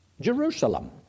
Jerusalem